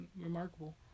remarkable